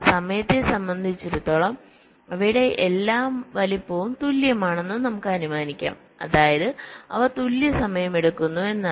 സമയത്തെ സംബന്ധിച്ചിടത്തോളം അവയുടെ എല്ലാ വലുപ്പവും തുല്യമാണെന്ന് നമുക്ക് അനുമാനിക്കാം അതായത് അവ തുല്യ സമയമെടുക്കുന്നു എന്നാണ്